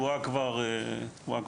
תקועה כבר שנתיים.